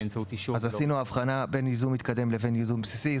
עשינו הבחנה בין ייזום מתקדם לבין ייזום בסיסי.